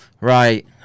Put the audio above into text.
right